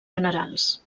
generals